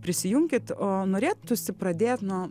prisijunkit o norėtųsi pradėt nuo